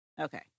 Okay